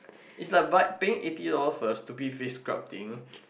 is like buy paying eighty dollar for your stupid face scrub thing